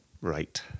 Right